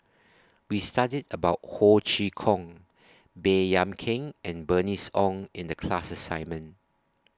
We studied about Ho Chee Kong Baey Yam Keng and Bernice Ong in The class assignment